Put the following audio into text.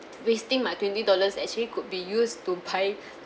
wasting my twenty dollars actually could be used to buy